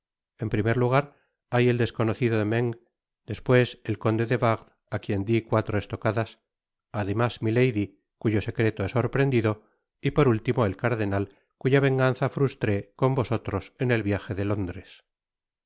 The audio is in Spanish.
en primer lugar hay el desconocido de meung despues el conde de wardes á quien di cuatro estocadas además milady cuyo secreto he sorprendido y por último el cardenal cuya venganza frustré con vosotros en el viaje de londres y